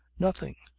nothing.